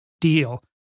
deal